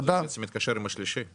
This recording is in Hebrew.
זה מתקשר עם השלישית.